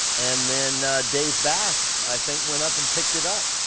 and then dave bash, i think went up and picked it up.